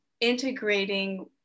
integrating